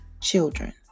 children